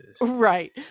right